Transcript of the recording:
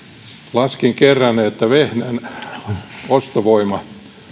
laskin kerran että vehnän ostovoima